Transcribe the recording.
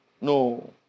No